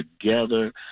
together